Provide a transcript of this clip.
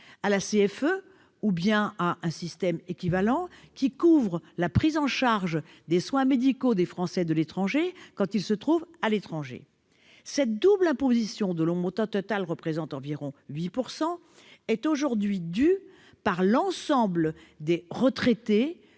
à la CFE, ou à un système équivalent, qui couvre la prise en charge de soins des Français de l'étranger quand ils se trouvent à l'étranger. Cette double imposition dont le montant total représente environ 8 % est aujourd'hui due par l'ensemble des retraités